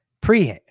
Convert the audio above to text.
pre